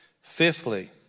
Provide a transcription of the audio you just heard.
Fifthly